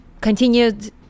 continued